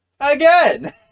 again